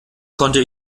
konnte